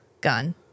gun